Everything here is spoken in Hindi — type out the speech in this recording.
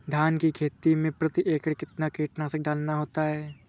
धान की खेती में प्रति एकड़ कितना कीटनाशक डालना होता है?